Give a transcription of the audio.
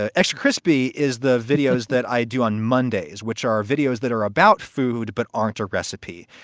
ah extra crispy is the videos that i do on mondays, which are videos that are about food but aren't a recipe.